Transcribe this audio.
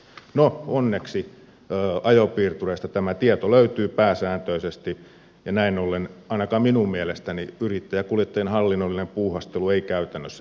no onneksi ajopiirtureista tämä tieto löytyy pääsääntöisesti ja näin ollen ainakaan minun mielestäni yrittäjäkuljettajien hallinnollinen puuhastelu ei käytännössä lisäänny